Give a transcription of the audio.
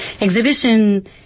exhibition